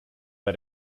bei